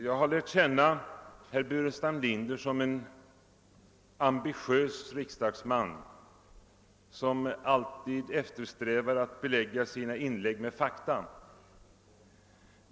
, Jag har lärt känna herr Burenstam Linder som en ambitiös riksdagsman, som alltid eftersträvar att belägga sina inlägg med fakta.